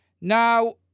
now